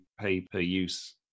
pay-per-use